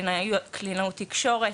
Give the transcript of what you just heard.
קלינאי תקשורת,